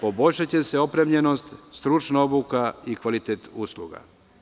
Poboljšaće se opremljenost, stručna obuka i kvalitet usluga.